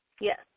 Yes